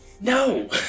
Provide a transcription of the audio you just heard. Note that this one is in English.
no